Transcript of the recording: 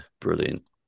Brilliant